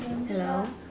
hello